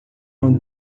não